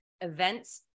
events